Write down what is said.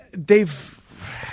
Dave